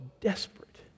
desperate